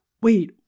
wait